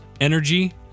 energy